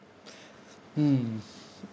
mm